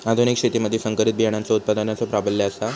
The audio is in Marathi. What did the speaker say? आधुनिक शेतीमधि संकरित बियाणांचो उत्पादनाचो प्राबल्य आसा